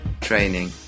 training